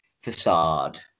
facade